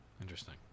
interesting